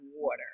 water